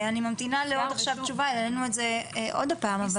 אני ממתינה לתשובה, העלינו את זה עוד הפעם.